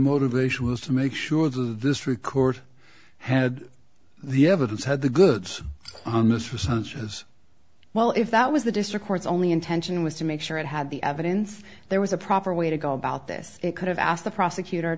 motivation was to make sure of this record had the evidence had the goods on this response as well if that was the district court's only intention was to make sure it had the evidence there was a proper way to go about this it could have asked the prosecutor